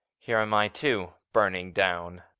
here am i, too, burning down.